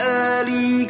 early